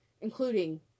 including